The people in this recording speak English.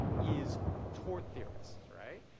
is tort theorists, right?